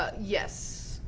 ah yes.